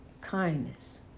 kindness